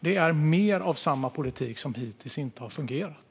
Det är mer av samma politik som hittills inte har fungerat.